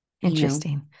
Interesting